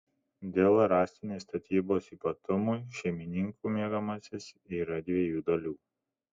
dėl rąstinės statybos ypatumų šeimininkų miegamasis yra dviejų dalių